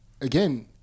again